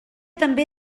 també